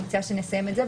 אני מציעה שנסיים את זה,